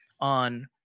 on